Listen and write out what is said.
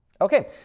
Okay